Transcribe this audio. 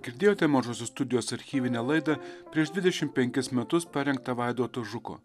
girdėjote mažosios studijos archyvinę laidą prieš dvidešimt penkis metus parengtą vaidoto žuko